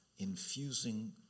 Infusing